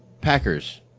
Packers